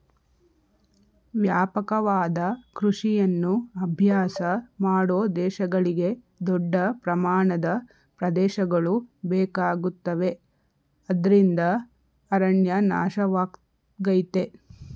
ವ್ಯಾಪಕವಾದ ಕೃಷಿಯನ್ನು ಅಭ್ಯಾಸ ಮಾಡೋ ದೇಶಗಳಿಗೆ ದೊಡ್ಡ ಪ್ರಮಾಣದ ಪ್ರದೇಶಗಳು ಬೇಕಾಗುತ್ತವೆ ಅದ್ರಿಂದ ಅರಣ್ಯ ನಾಶವಾಗಯ್ತೆ